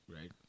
right